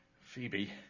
Phoebe